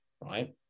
right